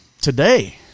today